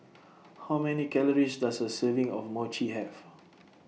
How Many Calories Does A Serving of Mochi Have